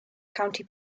county